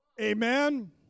Amen